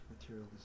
material